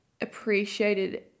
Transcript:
appreciated